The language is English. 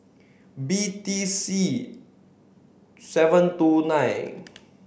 B T C seven two nine